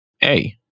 hey